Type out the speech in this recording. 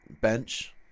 bench